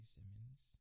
Simmons